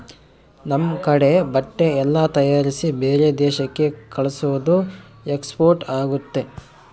ನಮ್ ಕಡೆ ಬಟ್ಟೆ ಎಲ್ಲ ತಯಾರಿಸಿ ಬೇರೆ ದೇಶಕ್ಕೆ ಕಲ್ಸೋದು ಎಕ್ಸ್ಪೋರ್ಟ್ ಆಗುತ್ತೆ